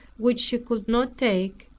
which she could not take,